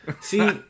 see